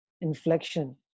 inflection